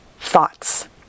thoughts